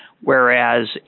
whereas